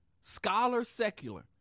scholar-secular